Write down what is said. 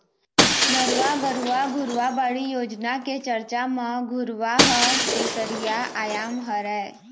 नरूवा, गरूवा, घुरूवा, बाड़ी योजना के चरचा म घुरूवा ह तीसरइया आयाम हरय